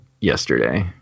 yesterday